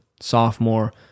sophomore